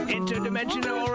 Interdimensional